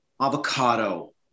avocado